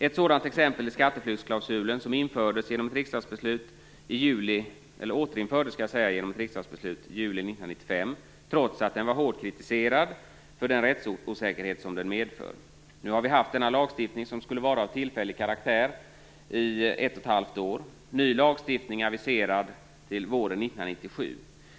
Ett exempel på detta är skatteflyktsklausulen som återinfördes genom ett riksdagsbeslut i juli 1995, trots att den var hårt kritiserad för den rättsosäkerhet som den medför. Nu har vi haft denna lagstiftning, som skulle vara av tillfällig karaktär, i ett och ett halvt år. En ny lagstiftning är aviserad till våren 1997.